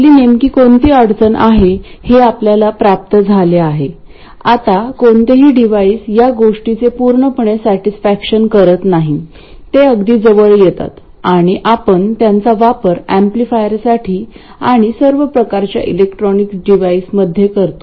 आपली नेमकी कोणती अडचण आहे हे आपल्याला प्राप्त झाले आता कोणतेही डिव्हाइस या गोष्टीचे पूर्णपणे सॅटिस्फॅक्शन करीत नाही ते अगदी जवळ येतात आणि आपण त्यांचा वापर एंपलीफायरसाठी आणि सर्व प्रकारच्या इलेक्ट्रॉनिक डिव्हाइस मध्ये करतो